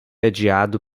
adiado